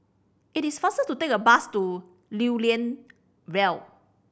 it is faster to take the bus to Lew Lian Vale